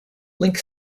link